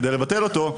כדי לבטל אותו.